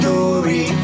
Story